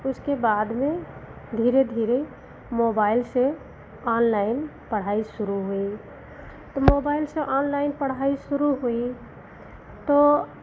उसके बाद में धीरे धीरे मोबाइल से आनलाइन पढ़ाई शुरू हुई तो मोबाइल से ओनलाइन पढ़ाई शुरू हुई तो